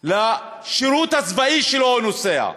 לשירות הצבאי שלו הוא נוסע,